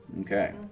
Okay